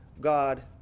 God